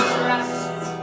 Trust